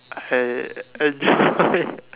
I I